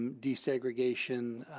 desegregation,